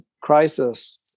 crisis